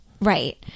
right